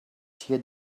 tear